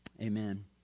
Amen